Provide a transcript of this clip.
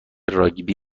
راگبی